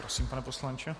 Prosím, pane poslanče.